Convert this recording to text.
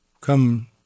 come